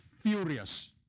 furious